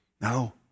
No